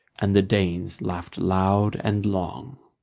and the danes laughed loud and long.